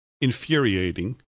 infuriating